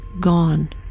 gone